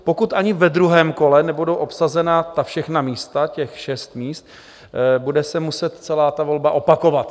Pokud ani ve druhém kole nebudou obsazena všechna místa, těch šest míst, bude se muset celá volba opakovat.